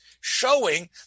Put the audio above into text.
showing